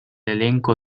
elenco